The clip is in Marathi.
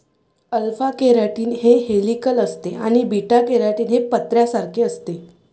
अल्फा केराटीन हे हेलिकल असते आणि बीटा केराटीन हे पत्र्यासारखे असते